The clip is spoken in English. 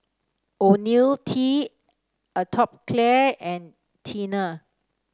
IoniL T Atopiclair and Tena